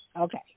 Okay